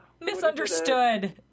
Misunderstood